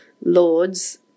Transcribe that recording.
lords